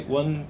one